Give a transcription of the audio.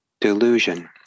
delusion